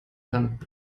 kann